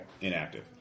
Inactive